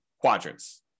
quadrants